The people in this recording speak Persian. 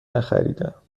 نخریدهام